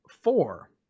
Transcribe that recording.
four